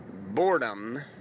Boredom